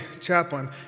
chaplain